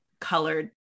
colored